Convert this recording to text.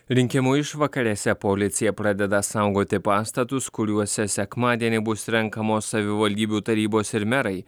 rinkimų išvakarėse policija pradeda saugoti pastatus kuriuose sekmadienį bus renkamos savivaldybių tarybos ir merai